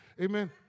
Amen